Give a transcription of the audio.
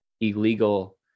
illegal